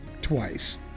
twice